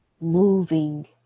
moving